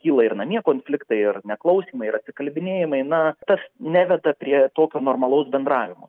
kyla ir namie konfliktai ir neklausymai ir atsikalbinėjimai na tas neveda prie tokio normalaus bendravimo